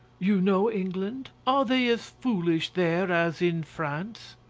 you know england? are they as foolish there as in france?